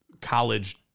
college